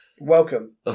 welcome